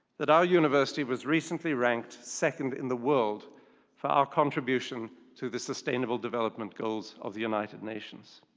that our university was recently ranked second in the world for our contribution to the sustainable development goals of the united nations.